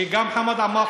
שגם חמד עמאר,